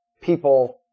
people